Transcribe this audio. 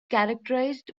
characterized